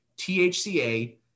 THCA